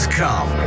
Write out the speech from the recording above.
come